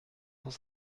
cent